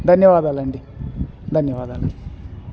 ధన్యవాదాలండి ధన్యవాదాలు